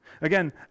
Again